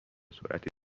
سرعت